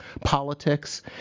politics